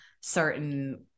certain